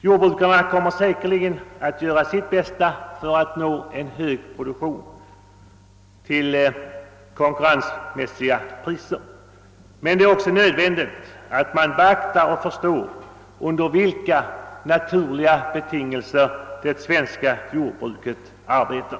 Jordbrukarna kommer säkerligen att göra sitt bästa för att nå en hög produktion till: konkurrensmässiga priser, men det är också nödvändigt att beakta och förstå under vilka naturliga betingelser det svenska jordbruket arbetar.